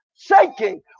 Shaking